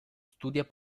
studia